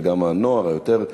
וגם הנוער המבוגר יותר.